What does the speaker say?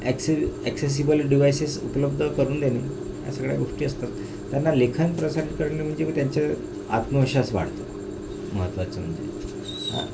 ॲक्से accessible devices उपलब्ध करून देणे या सगळ्या गोष्टी असतात त्यांना लेखन प्रसारीत करणे म्हणजे मग त्यांचे आत्मविश्वास वाढतो महत्त्वाचं म्हणजे हा